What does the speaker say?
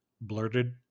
blurted